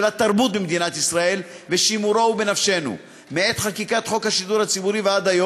התרבות במדינת ישראל ושימורו הוא בנפשנו.